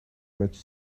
much